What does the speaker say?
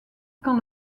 quand